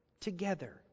together